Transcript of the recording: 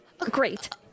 great